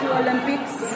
Olympics